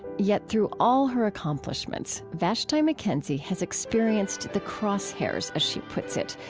yet through all her accomplishments, vashti mckenzie has experienced the crosshairs, as she puts it,